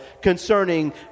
concerning